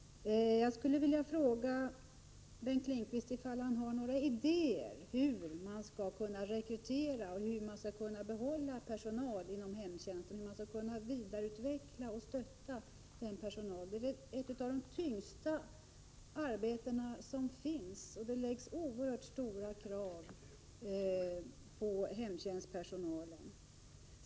Jag skulle vilja fråga Bengt Lindqvist ifall han har några idéer hur man skall kunna rekrytera personal och hur man skall kunna behålla personal inom hemtjänsten samt vidareutveckla och stötta personalen. Det arbete som denna personal har är ett av de tyngsta som finns, och det ställs oerhört stora krav på hemtjänstpersonalen.